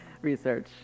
Research